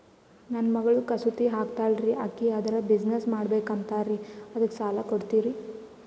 ನನ್ನ ಮಗಳು ಕಸೂತಿ ಹಾಕ್ತಾಲ್ರಿ, ಅಕಿ ಅದರ ಬಿಸಿನೆಸ್ ಮಾಡಬಕು ಅಂತರಿ ಅದಕ್ಕ ಸಾಲ ಕೊಡ್ತೀರ್ರಿ?